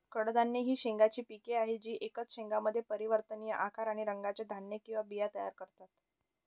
कडधान्ये ही शेंगांची पिके आहेत जी एकाच शेंगामध्ये परिवर्तनीय आकार आणि रंगाचे धान्य किंवा बिया तयार करतात